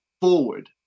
forward